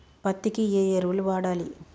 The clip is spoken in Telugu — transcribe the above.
పత్తి కి ఏ ఎరువులు వాడాలి?